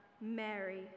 Mary